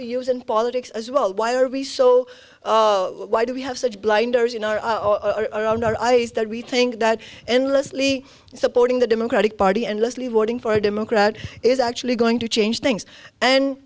to use and politics as well why are we so why do we have such blinders in our around our eyes that we think that endlessly supporting the democratic party endlessly voting for a democrat is actually going to change things and